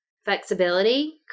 flexibility